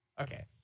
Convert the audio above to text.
Okay